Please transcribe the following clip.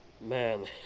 Man